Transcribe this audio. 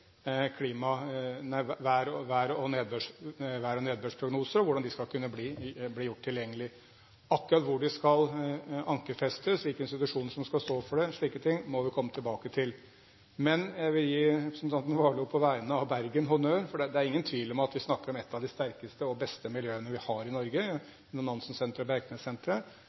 og hvordan de skal bli gjort tilgjengelig. Akkurat hvor de skal ankerfestes, hvilke institusjoner som skal stå for det – slike ting – må vi komme tilbake til. Men jeg vil gi representanten Warloe på vegne av Bergen honnør, for det er ingen tvil om at vi snakker om et av de sterkeste og beste miljøene vi har i Norge, nemlig Nansensenteret og